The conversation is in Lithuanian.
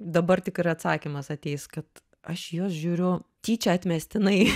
dabar tikrai atsakymas ateis kad aš juos žiūriu tyčia atmestinai